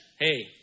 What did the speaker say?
hey